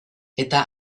eta